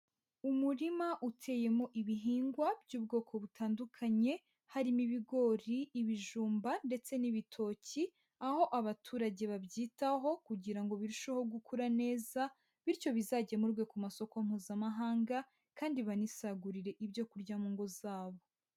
Umurima uteyemo ibihingwa by'ubwoko butandukanye harimo ibigori, ibijumba ndetse n'ibitoki, aho abaturage babyitaho kugira ngo birusheho gukura neza, bityo bizagemurwe ku masoko mpuzamahanga kandi banisagurire ibyo kurya mu ngo zabo.